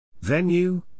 Venue